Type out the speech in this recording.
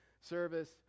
service